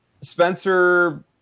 Spencer